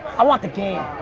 i want the game.